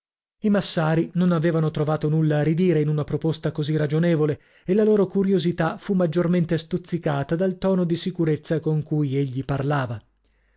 i massari non avevano trovato nulla a ridire in una proposta così ragionevole e la loro curiosità fu maggiormente stuzzicata dal tono di sicurezza con cui egli parlava